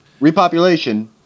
repopulation